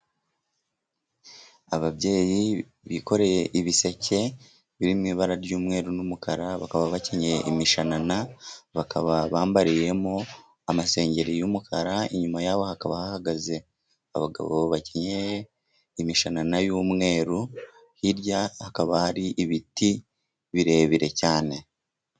Ababyeyi bikoreye ibiseke biri mu ibara ry'umweru n'umukara, bakaba bakenyeye imishanana, bakaba bambariyemo amasengeri y'umukara, inyuma yabo hakaba hahagaze abagabo bakenyeye imishanana y'umweru, hirya hakaba hari ibiti birebire cyane.